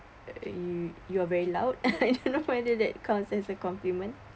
you you are very loud you know whether that counts as a compliment